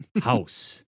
house